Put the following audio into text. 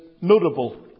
notable